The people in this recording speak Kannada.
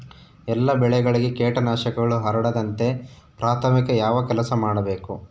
ಎಲ್ಲ ಬೆಳೆಗಳಿಗೆ ಕೇಟನಾಶಕಗಳು ಹರಡದಂತೆ ಪ್ರಾಥಮಿಕ ಯಾವ ಕೆಲಸ ಮಾಡಬೇಕು?